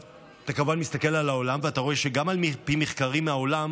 אתה כמובן מסתכל על העולם ואתה רואה שגם על פי מחקרים מהעולם